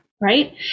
right